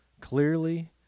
clearly